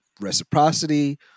reciprocity